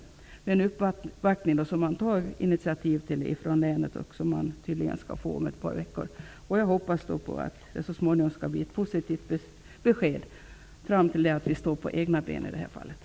Det kommer en uppvaktning som man tagit initiativ till i länet. Den kommer tydligen om ett par veckor. Jag hoppas att det så småningom skall bli ett positivt besked fram till det att vi står på egna ben.